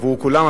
עבור כולם,